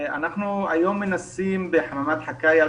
בחממת חקאיא,